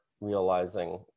realizing